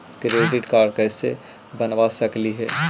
Credit card कैसे बनबा सकली हे?